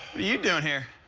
are you doing here?